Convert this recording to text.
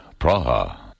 Praha